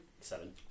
Seven